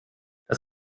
das